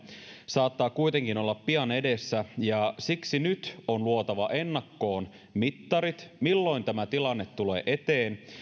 saattaa kuitenkin olla pian edessä ja siksi nyt on luotava ennakkoon mittarit milloin tämä tilanne tulee eteen